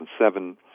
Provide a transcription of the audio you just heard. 2007